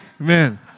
Amen